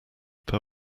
per